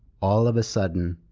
all of a sudden,